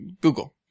Google